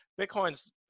Bitcoin's